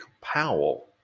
Powell